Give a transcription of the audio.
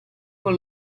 con